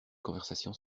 conversation